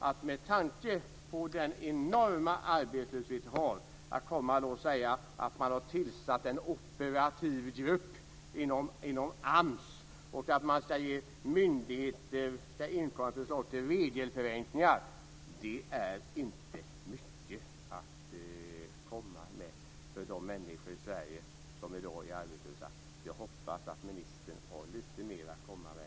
Att med tanke på den enorma arbetslöshet vi har säga att man har tillsatt en operativ grupp inom AMS och att myndigheter ska inkomma med förslag till regelförenklingar är inte mycket att komma med för de människor i Sverige som i dag är arbetslösa. Jag hoppas att ministern har lite mer att komma med i sitt nästa inlägg.